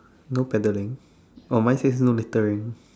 no paddling oh mine says no littering